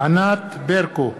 ענת ברקו,